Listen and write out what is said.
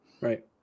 Right